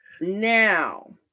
now